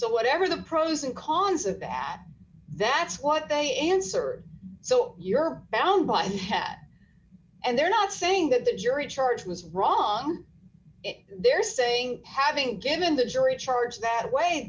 so whatever the pros and cons of that's what they answer so you're bound by pat and they're not saying that the jury charge was wrong they're saying having given the jury charge that way